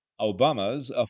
Obama's